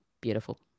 Beautiful